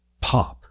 pop